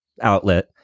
Outlet